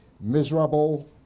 miserable